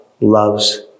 loves